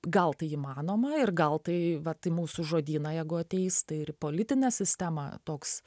gal tai įmanoma ir gal tai vat į mūsų žodyną jeigu ateis tai ir į politinę sistemą toks